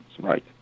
right